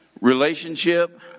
relationship